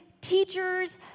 teachers